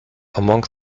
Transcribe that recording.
among